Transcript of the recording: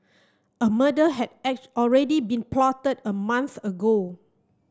a murder had already been plotted a month ago